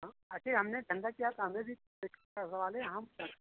हाँ अच्छे हमने धनगज